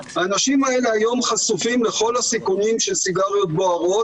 האנשים האלה היום חשופים לכל הסיכונים של סיגריות בוערות,